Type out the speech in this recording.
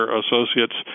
associates